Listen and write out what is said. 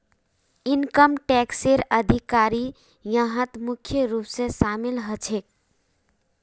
income टैक्सेर अधिकारी यहात मुख्य रूप स शामिल ह छेक